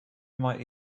might